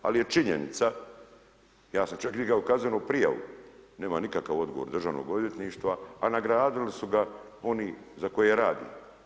Ali je činjenica ja sam čak digao kaznenu prijavu, nema nikakav odgovor državnog odvjetništva a nagradili su ga oni za koje radi.